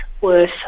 worth